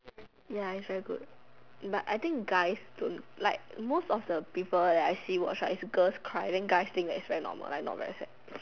ya is very good but I think guys don't like the most of the people I see watch right girls cry then guys think that is very normal like not very sad